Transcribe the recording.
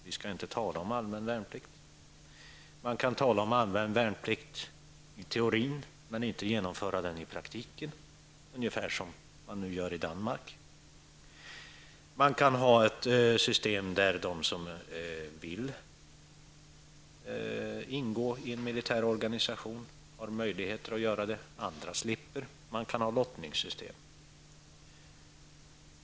Vi skall inte tala om allmän värnplikt. Man kan tala om allmän värnplikt i teorin men inte genomföra den i praktiken, ungefär som man gör i Danmark. Man kan ha ett system där de som vill ingå i en militär organisation har möjligheter att göra det, andra slipper. Man kan ha lottningssystem.